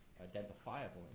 identifiable